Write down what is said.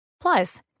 Plus